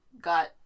got